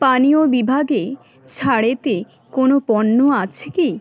পানীয় বিভাগে ছাড়েতে কোনও পণ্য আছে কি